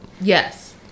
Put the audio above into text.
yes